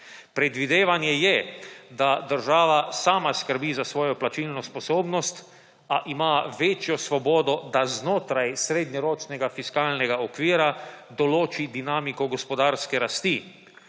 Predvidevanje je, da država sama skrbi za svojo plačilno sposobnost, a ima večjo svobodo, da znotraj srednjeročnega fiskalnega okvira določi dinamiko gospodarske rasti,